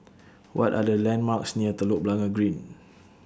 What Are The landmarks near Telok Blangah Green